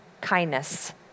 kindness